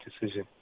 decision